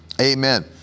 Amen